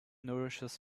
nourishes